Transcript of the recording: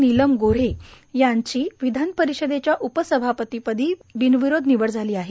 नीलम गोऱ्हे यांची विधान परिषदेच्या उपसभापतीपदी बिनविरोध निवड झाली आहे